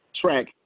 track